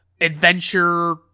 adventure